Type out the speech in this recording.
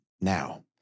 now